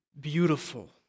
beautiful